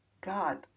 God